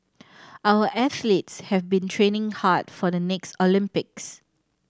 our athletes have been training hard for the next Olympics